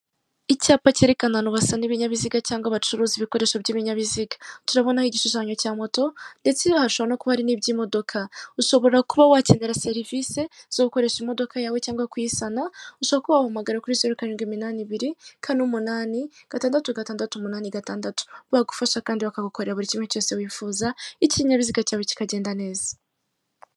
Icyapa kerekana ahantu basana ibinyabiziga cyangwa bacuruza ibikoresho by'ibinyabiziga. Turabonaho igishushanyo cya moto, ndetse hashobora no kuba hari n'iby'imodoka. Ushobora kuba wakenera serivisi zo gukoresha imodoka yawe, cyangwa kuyisana. Ushobora kuba wahamagara kuri zeru karindwi iminani ibiri, kane umunani, gatandatu gatandatu, umunani gatandatu. Bagufasha kandi bakagukorera buri kimwe cyose wifuza, ikinyabiziga cyawe kikagenda neza.